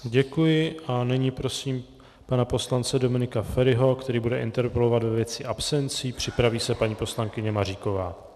Děkuji a nyní prosím pana poslance Dominika Feriho, který bude interpelovat ve věci absencí, připraví se paní poslankyně Maříková.